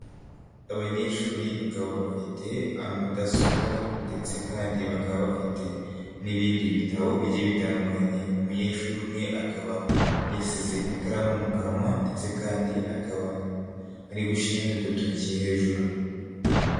Abanyeshuri bakaba bafite mudasobwa, ndetse kandi bakaba bafite n'ibindi bitabo bigiye bitandukanye, umunyeshuri umwe akaba yasize ikaramu mu kanwa, ndetse kandi akaba ari gushira n'dutoki hejuru.